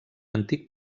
antic